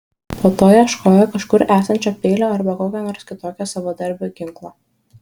po to ieškojo kažkur esančio peilio arba kokio nors kitokio savadarbio ginklo